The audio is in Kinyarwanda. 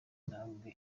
intambwe